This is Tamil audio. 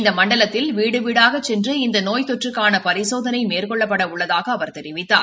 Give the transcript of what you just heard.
இந்த மண்டலத்தில் வீடு வீடாகச் சென்று இந்த நோய் தொற்றுக்கான பரிசோதனை மேற்கொள்ளப்பட உள்ளதாக அவர் தெரிவித்தார்